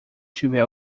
tiver